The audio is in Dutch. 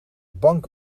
bank